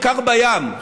בעיקר בים,